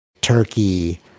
Turkey